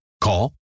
Call